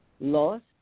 lost